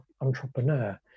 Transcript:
entrepreneur